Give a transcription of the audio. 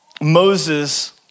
Moses